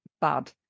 bad